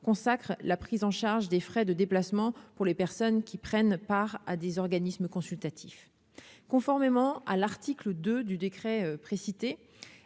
consacre la prise en charge des frais de déplacement pour les personnes qui prennent part à des organismes consultatifs conformément à l'article 2 du décret précité